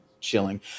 chilling